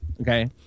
Okay